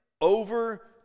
over